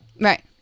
Right